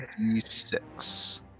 d6